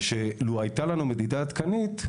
ושלו הייתה לנו מדידה עדכנית,